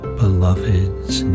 beloved's